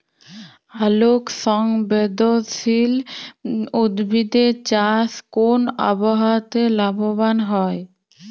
আলোক সংবেদশীল উদ্ভিদ এর চাষ কোন আবহাওয়াতে লাভবান হয়?